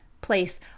Place